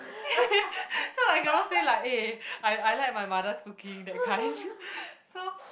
so I cannot say like eh I I like my mother's cooking that kind so